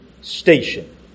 station